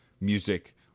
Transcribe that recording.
music